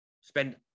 spend